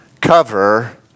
cover